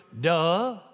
Duh